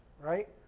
right